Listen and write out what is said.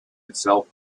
itself